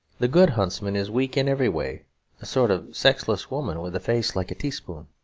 the good huntsman is weak in every way, a sort of sexless woman with a face like a teaspoon.